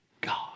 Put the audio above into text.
God